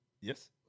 yes